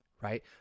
right